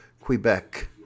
Quebec